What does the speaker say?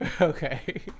Okay